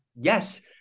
Yes